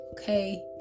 okay